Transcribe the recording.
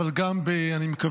אבל גם במקצועיות,